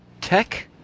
tech